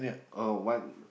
oh what